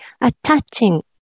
attaching